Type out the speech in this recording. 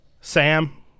sam